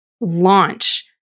launch